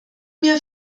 mir